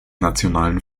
nationalen